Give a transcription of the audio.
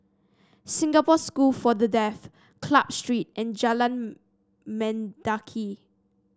Singapore School for the Deaf Club Street and Jalan Mendaki